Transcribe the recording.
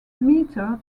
meter